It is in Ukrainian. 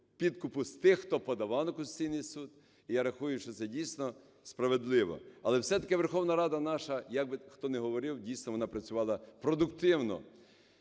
підкупу з тих, хто подавали в Конституційний Суд. І я рахую, що це дійсно справедливо. Але, все-таки, Верховна Рада наша, як би хто не говорив, дійсно, вона працювала продуктивно.